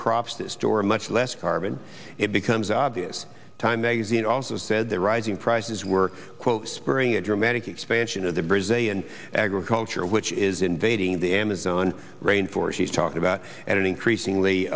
crops to store much less carbon it becomes obvious time magazine also said the rising prices were quote spring a dramatic expansion of the brazilian agriculture which is invading the amazon rain forest he is talking about at an increasing